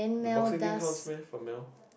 the boxing thing counts meh for male